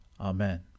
Amen